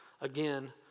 Again